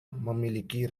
memiliki